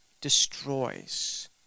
destroys